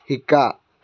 শিকা